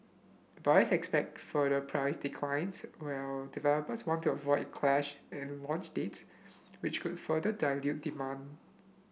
buyers expect further price declines while developers want to avoid a clash in launch dates which could further dilute demand